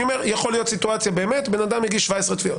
יכולה להיות סיטואציה שבן אדם הגיש 17 תביעות.